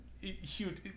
huge